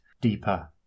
deeper